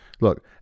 look